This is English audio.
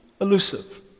elusive